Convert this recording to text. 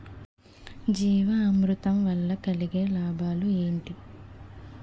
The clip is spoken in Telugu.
జీవామృతం వల్ల కలిగే లాభాలు ఏంటి?